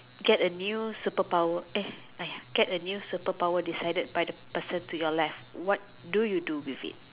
get a new super power eh !aiya! get a new super power decided by the person to your left what do you do with it